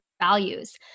values